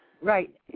Right